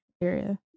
area